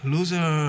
Loser